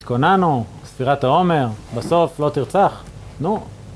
התכוננו, ספירת העומר, בסוף לא תרצח, נו.